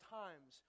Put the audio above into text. times